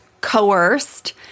coerced